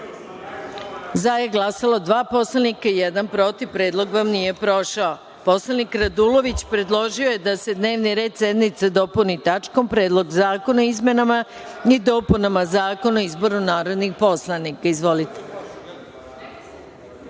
za – dva, protiv – jedan. Predlog vam nije prošao. Poslanik Radulović, predložio je da se dnevni red sednice dopuni tačkom – Predlog zakona o izmenama i dopunama Zakona o izboru narodnih poslanika. Izvolite.